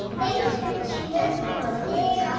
thanks, grinch, you must have a big heart.